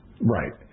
Right